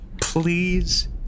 Please